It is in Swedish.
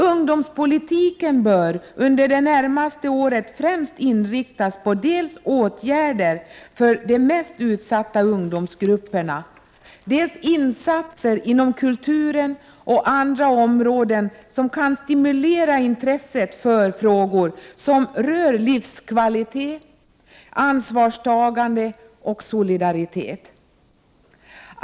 Ungdomspolitiken bör under det närmaste året främst inriktas på dels åtgärder för de mest utsatta ungdomsgrupperna, dels insatser inom kulturen och andra områden som kan stimulea intresset för frågor som rör livskvalitet, ansvarstagande och solidaritet.